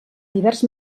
divers